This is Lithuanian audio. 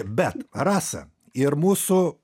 bet rasa ir mūsų